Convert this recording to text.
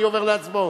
אני עובר להצבעות.